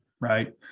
right